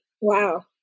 Wow